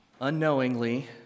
unknowingly